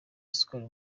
isukari